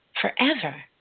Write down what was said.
Forever